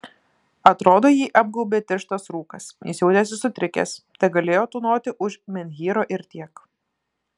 atrodo jį apgaubė tirštas rūkas jis jautėsi sutrikęs tegalėjo tūnoti už menhyro ir tiek